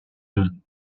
deux